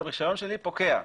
הרישיון שלי פוקע.